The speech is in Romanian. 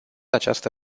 această